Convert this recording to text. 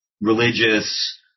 religious